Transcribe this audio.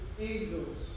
angels